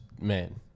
man